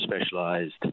specialized